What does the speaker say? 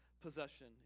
possession